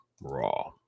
raw